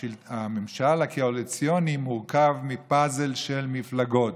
שהממשל הקואליציוני מורכב מפאזל של מפלגות,